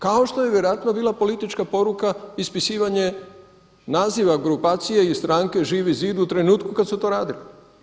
Kao što je vjerojatno bila politička poruka ispisivanje naziva grupacije i stranke Živi zid u trenutku kad su to radili.